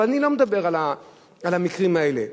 אבל אני לא מדבר על המקרים האלה.